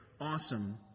awesome